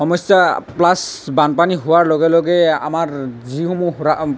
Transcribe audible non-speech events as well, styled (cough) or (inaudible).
সমস্যা প্লাচ বানপানী হোৱাৰ লগে লগে আমাৰ যিসমূহ (unintelligible)